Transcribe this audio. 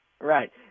Right